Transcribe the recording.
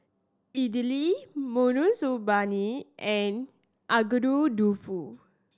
Idili Monsunabe and Agedashi Dofu